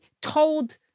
told